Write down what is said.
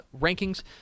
rankings